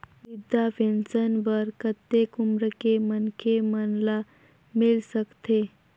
वृद्धा पेंशन बर कतेक उम्र के मनखे मन ल मिल सकथे?